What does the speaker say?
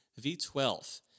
V12